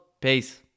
Peace